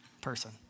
person